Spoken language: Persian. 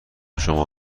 شما